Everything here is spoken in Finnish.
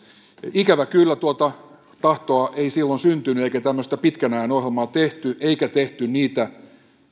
ikävä kyllä tuota tahtoa ei silloin syntynyt eikä tämmöistä pitkän ajan ohjelmaa tehty eikä tehty niitä